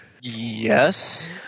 Yes